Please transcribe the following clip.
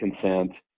consent